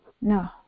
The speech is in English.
no